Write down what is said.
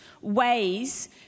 ways